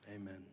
amen